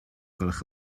gwelwch